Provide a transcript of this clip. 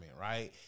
Right